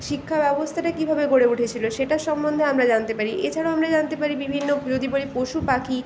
শিক্ষাব্যবস্থাটা কীভাবে গড়ে উঠেছিল সেটার সম্বন্ধে আমরা জানতে পারি এছাড়াও আমরা জানতে পারি বিভিন্ন যদি বলি পশু পাখি